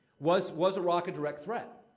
was was iraq a direct threat?